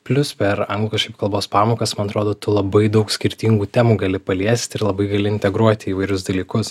plius per anglų kažkaip kalbos pamokas man atrodo tu labai daug skirtingų temų gali paliesti ir labai gali integruoti įvairius dalykus